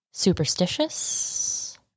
superstitious